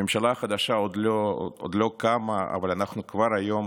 הממשלה החדשה עוד לא קמה, אבל אנחנו כבר היום